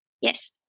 Yes